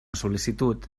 sol·licitud